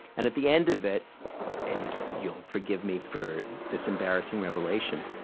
and at the end of it and you'll forgive me for this embarrassing revelation,